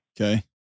Okay